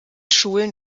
schulen